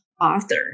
author